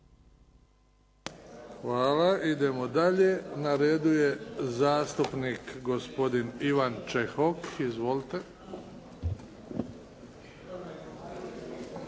Hvala. Idemo dalje. Na redu je zastupnik gospodin Ivan Čehok. Izvolite.